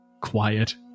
quiet